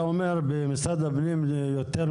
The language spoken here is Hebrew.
אתה אומר שבמשרד הפנים דוהרים